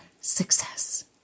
success